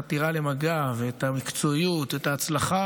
החתירה למגע ואת המקצועיות ואת ההצלחה.